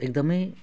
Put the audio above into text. एकदम